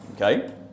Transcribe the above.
okay